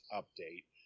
update